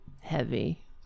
heavy